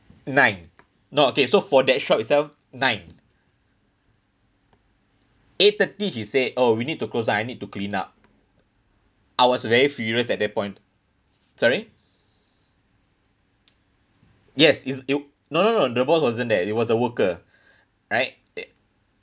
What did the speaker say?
nine no okay so for that shop itself nine eight thirty she said oh we need to close down I need to clean up I was very furious at that point sorry yes is it no no no the boss wasn't there it was a worker right it